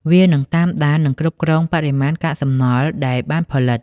វានឹងតាមដាន និងគ្រប់គ្រងបរិមាណកាកសំណល់ដែលបានផលិត។